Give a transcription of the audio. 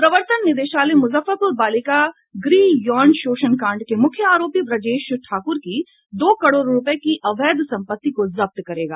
प्रवर्तन निदेशालय मुजफ्फरपुर बालिका गृह यौन शोषण कांड के मुख्य आरोपी ब्रजेश ठाकुर की दो करोड़ रूपये की अवैध संपत्ति को जब्त करेगा